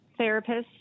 therapists